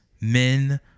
men